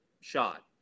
shot